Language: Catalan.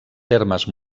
termes